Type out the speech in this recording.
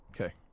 Okay